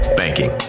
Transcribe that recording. banking